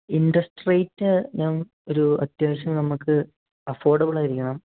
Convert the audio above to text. interest rate നം ഒരു അത്യാവശ്യം നമുക്ക് അഫോഡബിൾ ആയിരിക്കണം